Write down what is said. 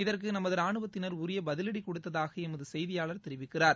இதற்கு நமது ராணுவத்தினர் உரிய பதிவடி கொடுத்ததாக எமது செய்தியாளர் தெரிவிக்கிறார்